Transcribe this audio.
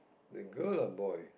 the girl or boy